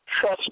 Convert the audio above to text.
trust